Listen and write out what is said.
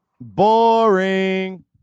Boring